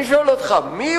אני שואל אותך, מי